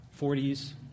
40s